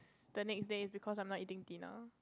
the next day is because I'm not eating dinner